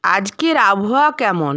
আজকের আবহাওয়া কেমন